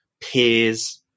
peers